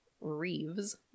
Reeves